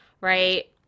Right